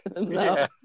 No